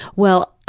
well,